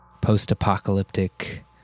post-apocalyptic